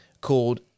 called